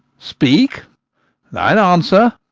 speak thine answer.